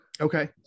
Okay